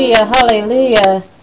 Hallelujah